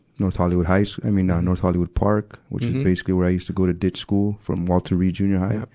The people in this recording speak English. north hollywood high, so i mean, ah, north hollywood park, which is basically where i used to go to ditch school from walter reed junior high. ah